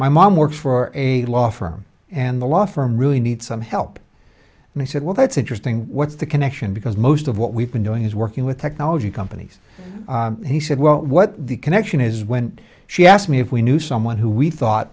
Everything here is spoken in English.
my mom works for a law firm and the law firm really needs some help and i said well that's interesting what's the connection because most of what we've been doing is working with technology companies he said well what the connection is when she asked me if we knew someone who we thought